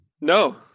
No